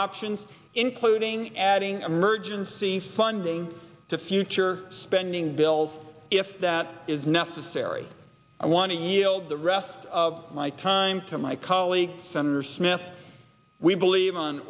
options including adding emergency funding to future spending bills if that is necessary i want to yield the rest of my time to my colleague senator smith we believe on